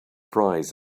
prize